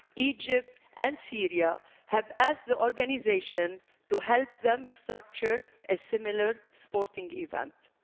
egypt and syria, have asked the organization to help them structure a similar sporting event.